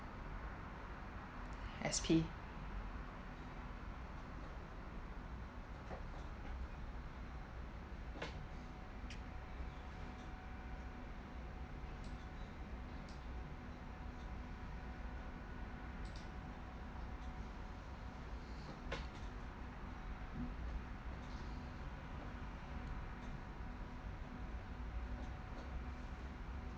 S_P